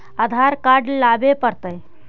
आधार card लाबे पड़तै?